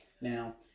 Now